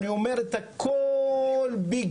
אני אומר את הכל בגלוי.